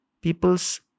People's